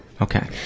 Okay